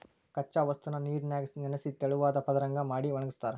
ಕಚ್ಚಾ ವಸ್ತುನ ನೇರಿನ್ಯಾಗ ನೆನಿಸಿ ತೆಳುವಾದ ಪದರದಂಗ ಮಾಡಿ ಒಣಗಸ್ತಾರ